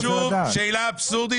אני שואל אותך שוב שאלה אבסורדית,